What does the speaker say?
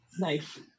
nice